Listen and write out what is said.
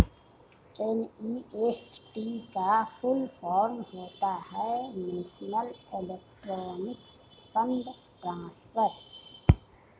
NEFT का full form होता है नेशनल इलेक्ट्रॉनिक्स फण्ड ट्रांसफर